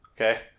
Okay